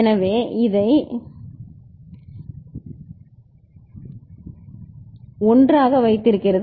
எனவே இந்த 0 இதை 1 ஆக வைத்திருக்கிறது